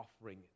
offering